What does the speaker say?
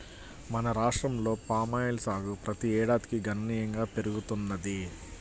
మన రాష్ట్రంలో పామాయిల్ సాగు ప్రతి ఏడాదికి గణనీయంగా పెరుగుతున్నది